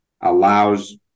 allows